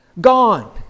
Gone